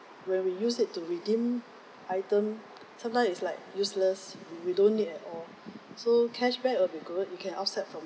when we use it to redeem item sometimes it's like useless we don't need at all so cashback will be good you can offset from